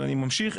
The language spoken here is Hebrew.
ואני ממשיך,